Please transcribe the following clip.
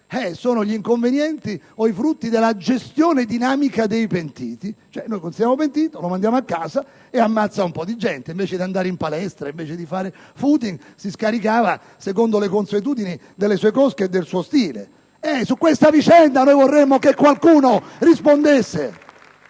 sono gli inconvenienti o i frutti della gestione dinamica dei pentiti. Ossia: noi lo consideriamo pentito, lo mandiamo a casa e ammazza un po' di gente; invece di andare in palestra o di fare *footing*, si scaricava secondo le consuetudini delle sue cosche e del suo stile. Su questa vicenda vorremmo che qualcuno rispondesse!